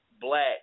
black